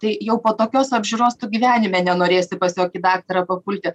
tai jau po tokios apžiūros tu gyvenime nenorėsi pas jokį daktarą papulti